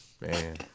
Man